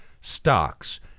stocks